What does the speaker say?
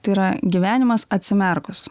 tai yra gyvenimas atsimerkus